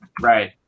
Right